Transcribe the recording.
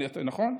נכון?